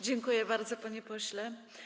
Dziękuję bardzo, panie pośle.